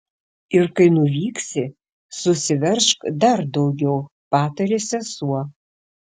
ir kai nuvyksi susiveržk dar daugiau patarė sesuo